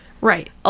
Right